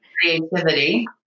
Creativity